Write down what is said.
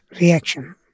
reaction